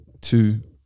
two